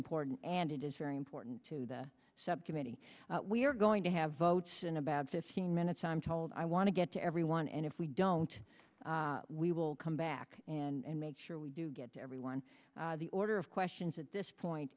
important and it is very important to the subcommittee we're going to have votes in about fifteen minutes i'm told i want to get to everyone and if we don't we will come back and make sure we do get to everyone the order of questions at this point